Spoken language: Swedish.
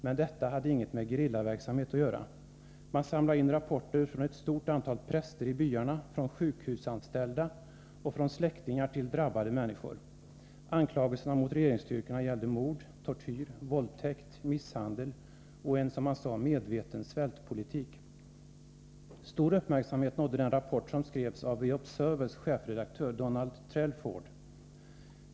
Men detta hade inget med gerillaverksamhet att göra. Man samlade in rapporter från ett stort antal präster i byarna, från sjukhusanställda och från släktningar till drabbade människor. Anklagelserna mot regeringsstyrkorna gällde mord, tortyr, våldtäkt, misshandel och en, som man sade, medveten svältpolitik. Stor uppmärksamhet fick den rapport som skrevs av The Observers chefredaktör Donald Trelford.